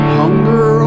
hunger